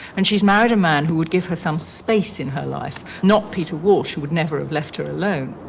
and she's married a man who would give her some space in her life, not peter walsh, who would never have left her alone.